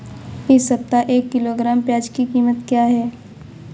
इस सप्ताह एक किलोग्राम प्याज की कीमत क्या है?